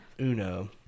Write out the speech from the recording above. Uno